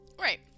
Right